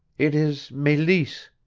it is meleese.